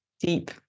deep